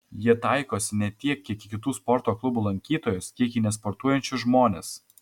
jie taikosi ne tiek į kitų sporto klubų lankytojus kiek į nesportuojančius žmones